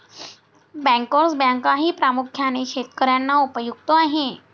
bankers बँकही प्रामुख्याने शेतकर्यांना उपयुक्त आहे